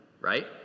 right